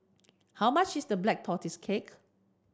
how much is the black tortoise cake